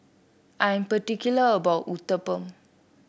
I'm particular about my Uthapam